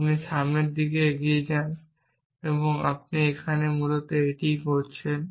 আপনি সামনের দিকে এগিয়ে যান এবং আমরা এখানে মূলত এটিই করছি